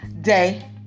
day